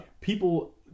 People